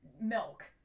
milk